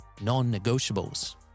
non-negotiables